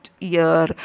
year